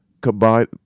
Combine